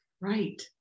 Right